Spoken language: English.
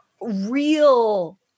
real